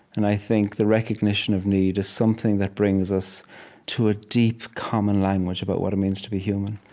and i think the recognition of need is something that brings us to a deep, common language about what it means to be human.